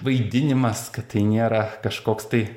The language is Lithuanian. vaidinimas kad tai niera kažkoks tai